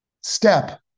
step